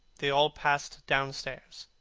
they all passed downstairs.